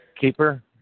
keeper